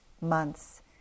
months